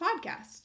podcast